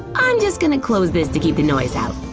i'm just gonna close this to keep the noise out.